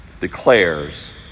declares